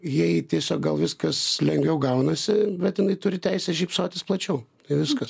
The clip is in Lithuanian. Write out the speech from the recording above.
jai tiesiog gal viskas lengviau gaunasi bet jinai turi teisę šypsotis plačiau ir viskas